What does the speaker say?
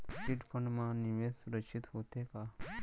Chit fund मा निवेश सुरक्षित होथे का?